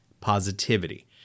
positivity